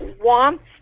wants